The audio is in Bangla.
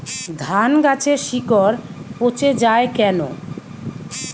ধানগাছের শিকড় পচে য়ায় কেন?